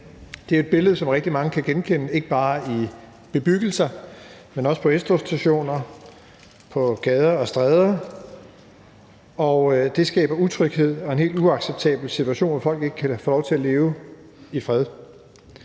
Det er jo et billede, som rigtig mange kan genkende, ikke bare i bebyggelser, men også på S-togsstationer, på gader og stræder, og det skaber utryghed og en helt uacceptabel situation, hvor folk ikke kan få lov til at leve i fred.